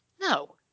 No